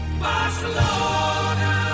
Barcelona